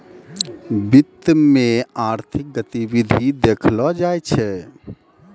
वित्त मे आर्थिक गतिविधि देखलो जाय छै